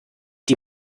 die